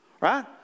Right